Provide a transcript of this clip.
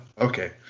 Okay